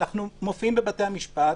אנחנו מופיעים בבתי המשפט.